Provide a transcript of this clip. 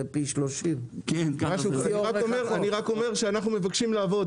זה פי 30. אנחנו מבקשים לעבוד.